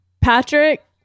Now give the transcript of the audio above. Patrick